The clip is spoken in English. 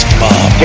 mom